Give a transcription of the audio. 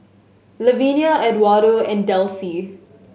Lavenia Edwardo and Delcie